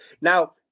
Now